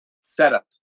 setup